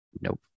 Nope